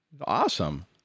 Awesome